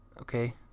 okay